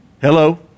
Hello